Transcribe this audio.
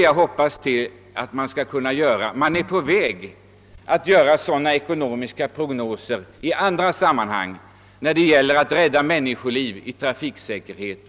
Jag hoppas att man snart skall kunna göra detta. Man är på väg att lyckas med sådana ekonomiska prognoser i andra sammanhang, exempelvis när det gäller att rädda människoliv genom bättre: trafiksäkerhet.